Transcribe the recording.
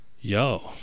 Yo